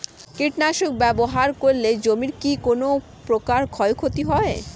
কীটনাশক ব্যাবহার করলে জমির কী কোন প্রকার ক্ষয় ক্ষতি হয়?